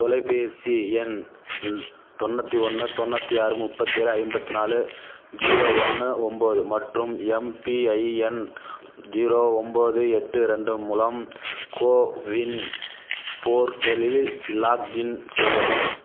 தொலைபேசி எண் தொண்ணூற்றி ஒன்று தொண்ணூற்றி ஆறு முப்பத்தேழு ஐம்பத்தி நாலு ஜீரோ ஒன்று ஒன்போது மற்றும் எம்பிஐஎன் ஜீரோ ஒன்போது எட்டு ரெண்டு மூலம் கோவின் போர்ட்டலில் லாக்இன் செய்யவும்